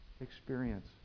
experience